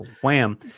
wham